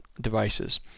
devices